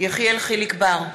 יחיאל חיליק בר,